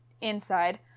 inside